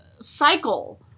cycle